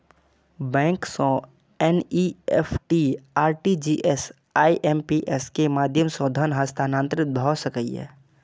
bank सं NEFT, RTGS, IMPS के माध्यम सं धन हस्तांतरण भए सकैए